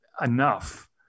enough